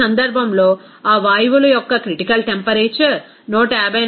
ఈ సందర్భంలో ఆ వాయువుల యొక్క క్రిటికల్ టెంపరేచర్ 154